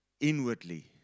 inwardly